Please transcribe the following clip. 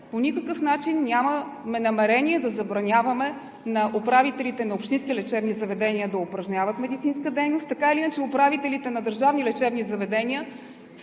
По никакъв начин нямаме намерение да забраняваме на управителите на общински лечебни заведения да упражняват медицинска дейност. Така или иначе управителите на държавни лечебни заведения